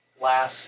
last